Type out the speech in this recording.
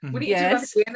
yes